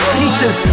teachers